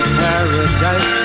paradise